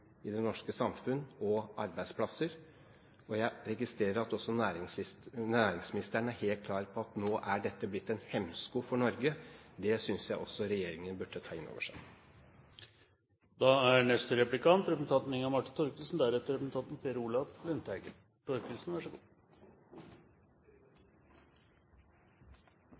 og arbeidsplasser i det norske samfunn. Jeg registrerer at også næringsministeren er helt klar på at dette nå har blitt en hemsko for Norge. Det synes jeg også at regjeringen burde ta inn over